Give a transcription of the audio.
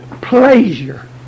pleasure